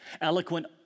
Eloquent